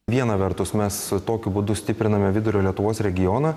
viena vertus mes tokiu būdu stipriname vidurio lietuvos regioną